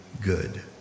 good